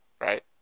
Right